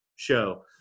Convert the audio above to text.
show